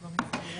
ולא נסגרו.